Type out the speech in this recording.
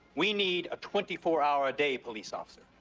we need a twenty four hour a day police officer,